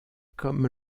comme